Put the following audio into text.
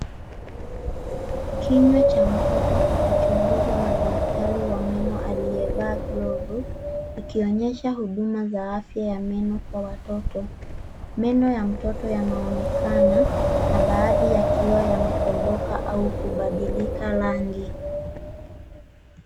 Kinywa cha mtoto kikichunguzwa na daktari wa meno aliyevaa glovu ikionyesha huduma za afya ya meno kwa watoto. Meno ya mtoto yanaonekana na baadhi yakiwa yametoboka au kubadilika rangi.